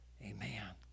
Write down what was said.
Amen